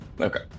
Okay